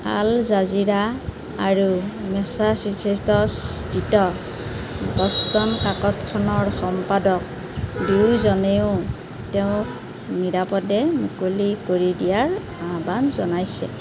আল Jazeera আৰু Massachusetts স্থিত Boston কাকতখনৰ সম্পাদক দুয়োজনেও তেওঁক নিৰাপদে মুকলি কৰি দিয়াৰ আহ্বান জনাইছে